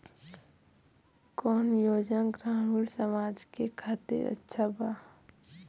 कौन योजना ग्रामीण समाज के खातिर अच्छा बा?